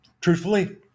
truthfully